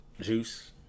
Juice